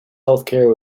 healthcare